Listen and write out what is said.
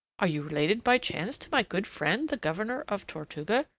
are you related by chance to my good friend the governor of tortuga?